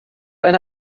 eine